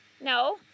no